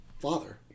father